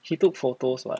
took photos [what]